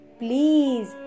please